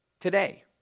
today